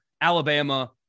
Alabama